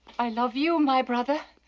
i love you, my brother.